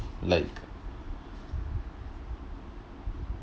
like